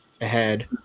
ahead